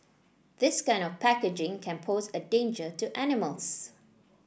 this kind of packaging can pose a danger to animals